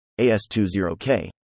AS20K